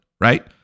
Right